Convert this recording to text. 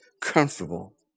Comfortable